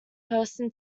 person